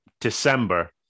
December